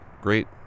great